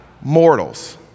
mortals